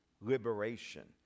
liberation